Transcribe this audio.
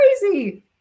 crazy